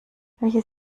welches